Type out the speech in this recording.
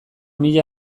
mila